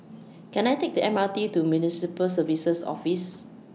Can I Take The M R T to Municipal Services Office